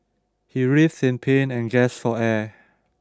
he writhed in pain and gasped for air